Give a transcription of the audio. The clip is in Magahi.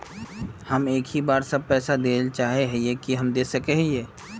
हम एक ही बार सब पैसा देल चाहे हिये की हम दे सके हीये?